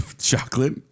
chocolate